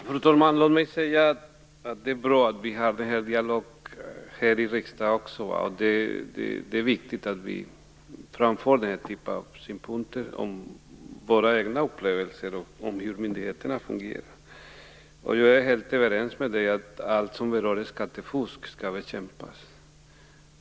Fru talman! Det är bra att vi har denna dialog här i riksdagen. Det är viktigt att vi framför sådana här synpunkter och våra egna upplevelser av hur myndigheterna fungerar. Jag är helt överens med Thomas Östros om att allt som rör skattefusk skall bekämpas.